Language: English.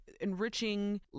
enriching